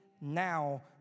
now